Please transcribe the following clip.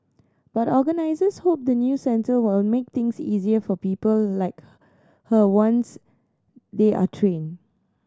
but organisers hope the new centre will make things easier for people like her once they are trained